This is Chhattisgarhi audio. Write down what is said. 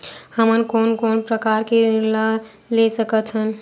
हमन कोन कोन प्रकार के ऋण लाभ ले सकत हन?